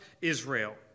Israel